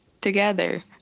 together